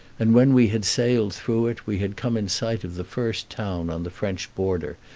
and when we had sailed through it we had come in sight of the first town on the french border,